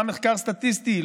עשה מחקר סטטיסטי,